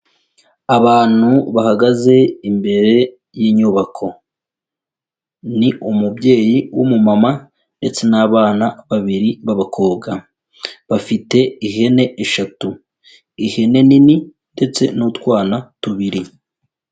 Abantu bahagaze imbere y'inyubako. Ni umubyeyi w'umumama ndetse n'abana babiri b'abakobwa. Bafite ihene eshatu. Ihene nini ndetse n'utwana tubiri.